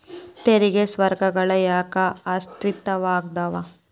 ತೆರಿಗೆ ಸ್ವರ್ಗಗಳ ಯಾಕ ಅಸ್ತಿತ್ವದಾಗದವ